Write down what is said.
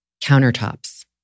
countertops